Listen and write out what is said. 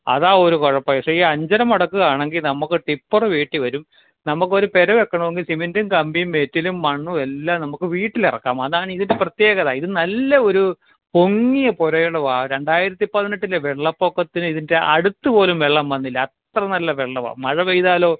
അതാ ഒരു കുഴപ്പം പക്ഷെ ഈ അഞ്ചര മുടക്കുകയാണെങ്കിൽ നമുക്ക് ടിപ്പർ വീട്ടിൽ വരും നമുക്കൊരു പുര വെയ്ക്കണമെങ്കിൽ സിമെൻറ്റും കമ്പിയും മെറ്റലും മണ്ണും എല്ലാം നമുക്ക് വീട്ടിലിറക്കാം അതാണ് ഇതിൻ്റെ പ്രത്യേകത ഇത് നല്ല ഒരു പൊങ്ങിയ പുരയിടമാണ് രണ്ടായിരത്തി പതിനെട്ടിലെ വെള്ളപ്പൊക്കത്തിന് ഇതിൻ്റെ അടുത്തു പോലും വെള്ളം വന്നില്ല അത്ര നല്ല വെള്ളമാണ് മഴ പെയ്താലോ